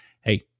Hey